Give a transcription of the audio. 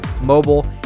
mobile